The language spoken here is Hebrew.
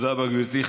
תודה רבה, גברתי.